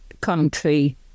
country